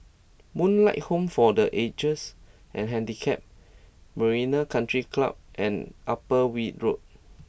Moonlight Home for the Ages and Handicapped Marina Country Club and Upper Weld Road